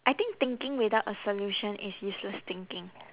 I think thinking without a solution is useless thinking